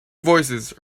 voices